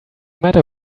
matter